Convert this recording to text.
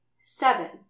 Seven